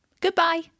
Goodbye